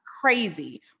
crazy